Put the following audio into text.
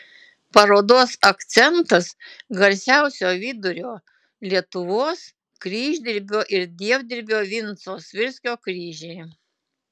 parodos akcentas garsiausio vidurio lietuvos kryždirbio ir dievdirbio vinco svirskio kryžiai